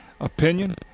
opinion